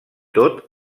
tot